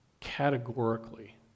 categorically